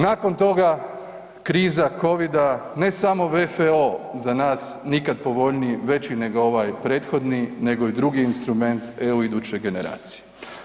Nakon toga kriza Covida, ne samo WFO za nas nikad povoljniji, veći nego ovaj prethodni, nego i drugi instrument EU iduće generacije.